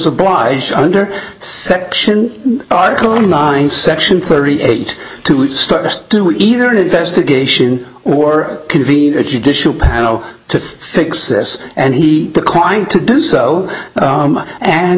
obliged under section article nine section thirty eight to start to do either an investigation or convene a judicial panel to fix this and he declined to do so